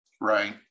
Right